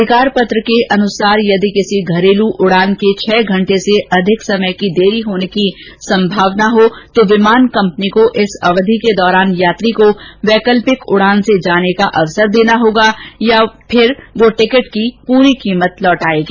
अधिकार पत्र के अनुसार यदि किसी घरेलू उड़ान के छह घंटे से अधिक समय की देरी होने की संभावना हो तो विमान कपनी को इस अवधि के दौरान यात्री को वैकल्पिक उड़ान से जाने का अवसर देना होगा या फिर वह टिकट की पूरी कीमत लौटाएगी